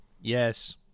Yes